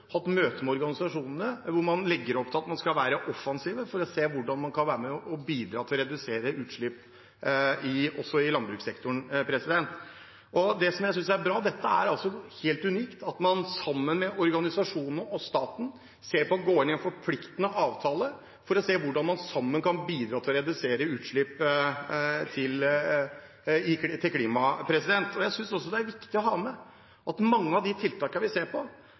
hatt møte med organisasjonene, hvor man legger opp til at man skal være offensiv i å se på hvordan man kan være med og bidra til å redusere utslipp også i landbrukssektoren. Det jeg synes er bra, er at det er helt unikt at staten sammen med organisasjonene ser på det å gå inn i en forpliktende avtale, ser på hvordan man sammen kan bidra til å redusere klimagassutslipp. Jeg synes også det er viktig å ha med at mange av de tiltakene vi ser på,